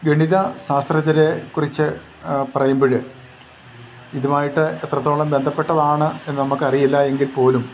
ഗണിത ശാസ്ത്രജ്ഞരെക്കുറിച്ച് പറയുമ്പോഴ് ഇതുമായിട്ട് എത്രത്തോളം ബന്ധപ്പെട്ടതാണ് എന്നു നമുക്കറിയില്ല എങ്കിൽപ്പോലും